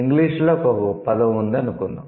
ఇంగ్లీషులో ఒక పదం ఉంది అనుకుందాం